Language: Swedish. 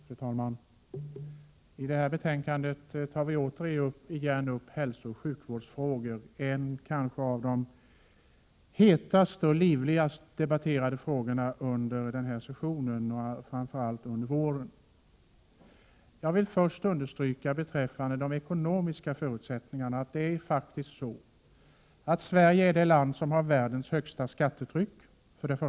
Fru talman! I detta betänkande behandlas återigen hälsooch sjukvårdsfrågor — kanske de hetaste och livligast debatterade frågorna under denna session, framför allt under våren. Jag vill först beträffande de ekonomiska förutsättningarna understryka att Sverige faktiskt är det land som har världens högsta skattetryck.